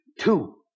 Two